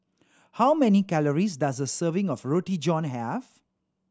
how many calories does a serving of Roti John have